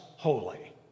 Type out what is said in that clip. Holy